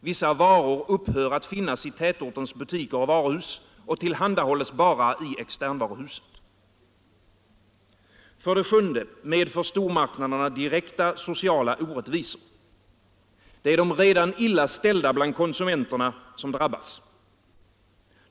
Vissa varor upphör att finnas i tätortens butiker och varuhus och tillhandahålles bara i externvaruhuset. För det sjunde medför stormarknaderna direkta sociala orättvisor. Det är de redan illa ställda bland konsumenterna som drabbas.